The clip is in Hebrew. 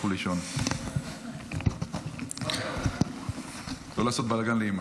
לכו לישון, לא לעשות בלגן לאימא.